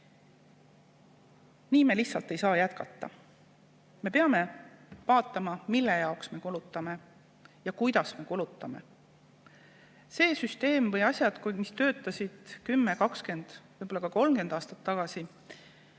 Nii me lihtsalt ei saa jätkata. Me peame vaatama, mille jaoks me kulutame ja kuidas me kulutame. See süsteem või asjad, mis töötasid 10, 20, võib-olla ka 30 aastat tagasi,